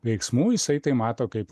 veiksmų jisai tai mato kaip